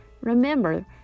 remember